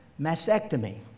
mastectomy